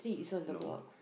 no